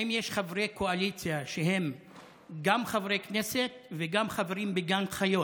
האם יש חברי קואליציה שהם גם חברי כנסת וגם חברים בגן חיות?